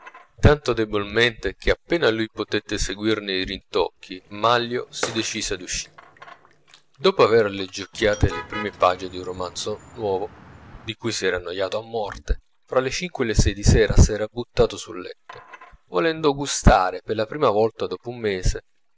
tanto debolmente che appena lui potette seguirne i rintocchi manlio si decise ad uscire dopo aver leggiucchiate le prime pagine di un romanzo nuovo di cui si era annoiato a morte fra le cinque e le sei di sera s'era buttato sul letto volendo gustare per la prima volta dopo un mese